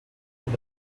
with